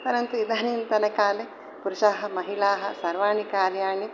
परन्तु इदानीन्तनकाले पुरुषाः महिलाः सर्वाणि कार्याणि